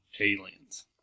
Aliens